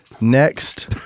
Next